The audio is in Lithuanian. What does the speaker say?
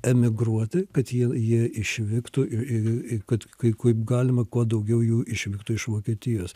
emigruoti kad jie jie išvyktų į kad kai kaip galima kuo daugiau jų išvyktų iš vokietijos